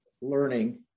learning